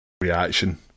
reaction